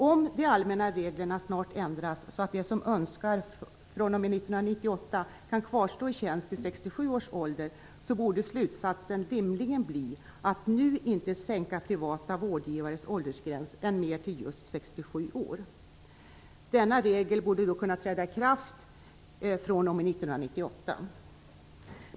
Om de allmänna reglerna snart ändras så att de som önskar fr.o.m. 1998 kan kvarstå i tjänst till 67 års ålder borde slutsen rimligtvis bli att inte nu sänka privata vårdgivares åldersgräns mer än till just 67 år. Denna regel borde då kunna träda i kraft fr.o.m. 1998.